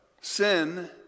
sin